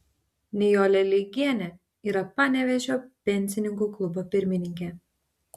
nijolė leigienė yra panevėžio pensininkų klubo pirmininkė